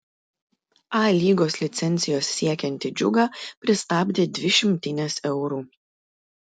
a lygos licencijos siekiantį džiugą pristabdė dvi šimtinės eurų